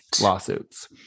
lawsuits